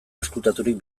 ezkutaturik